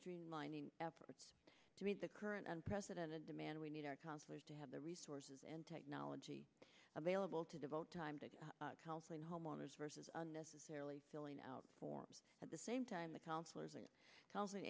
streamlining efforts to meet the current unprecedented demand we need our counselors to have the resources and technology available to devote time to counseling homeowners versus unnecessarily filling out forms at the same time the counselors